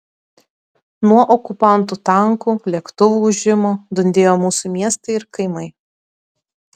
nuo okupantų tankų lėktuvų ūžimo dundėjo mūsų miestai ir kaimai